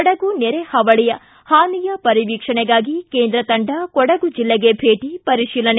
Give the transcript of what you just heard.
ಕೊಡಗು ನೆರೆಹಾವಳಿ ಹಾನಿಯ ಪರಿವೀಕ್ಷಣೆಗಾಗಿ ಕೇಂದ್ರ ತಂಡ ಕೊಡಗು ಜಿಲ್ಲೆಗೆ ಭೇಟಿ ಪರೀಶಿಲನೆ